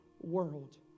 world